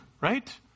right